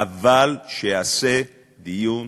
אבל שיעשה דיון